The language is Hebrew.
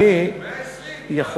אולי 120 חברי כנסת.